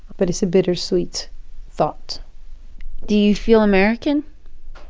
but it's a bittersweet thought do you feel american?